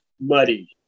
muddy